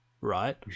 right